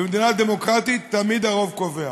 במדינה דמוקרטית תמיד הרוב קובע,